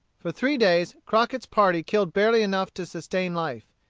for three days, crockett's party killed barely enough to sustain life.